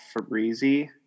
Fabrizi